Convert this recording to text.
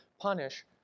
punish